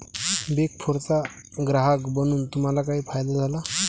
Big फोरचा ग्राहक बनून तुम्हाला काही फायदा झाला?